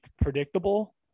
predictable